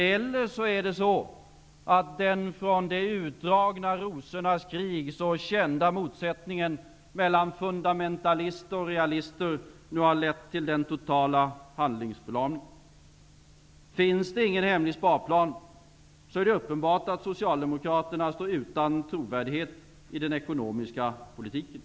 Eller är det så att den från rosornas utdragna krig kända motsättningen mellan fundamentalister och realister nu har lett till en total handlingsförlamning. Finns det ingen hemlig sparplan är det uppenbart att Socialdemokraterna står utan trovärdighet i den ekonomiska politiken.